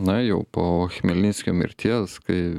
na jau po chmelnickio mirties kai